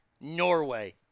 Norway